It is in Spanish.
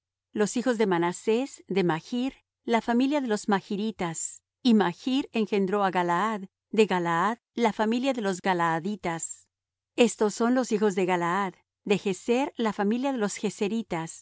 los hijos de manasés de machr la familia de los machritas y machr engendró á galaad de galaad la familia de los galaaditas estos son los hijos de galaad de jezer la familia de los jezeritas de